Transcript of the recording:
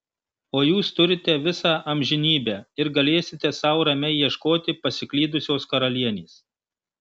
o jūs turite visą amžinybę ir galėsite sau ramiai ieškoti pasiklydusios karalienės